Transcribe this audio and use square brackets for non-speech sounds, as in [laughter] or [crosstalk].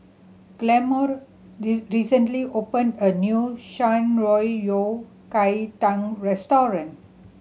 Gilmore [unintelligible] recently opened a new Shan Rui Yao Kai Tang restaurant